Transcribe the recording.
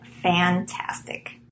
fantastic